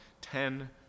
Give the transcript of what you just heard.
ten